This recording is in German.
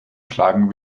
schlagen